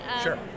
Sure